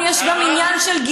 תקשיב טוב למה שאני אומרת.